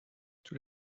two